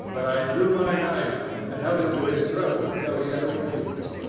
but i drew my knife and held it to his throat until he had obeyed me.